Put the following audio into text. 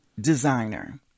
designer